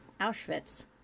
Auschwitz